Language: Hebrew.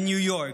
and New York.